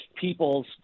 people's